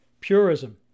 purism